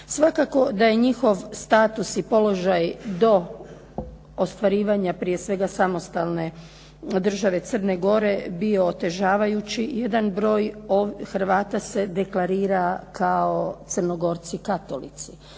Svakako da je njihov status i položaj do ostvarivanja prije svega samostalne države Crne Gore bio otežavajući. Jedan broj Hrvata se deklarira kao Crnogorci katolici.